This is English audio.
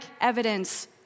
evidence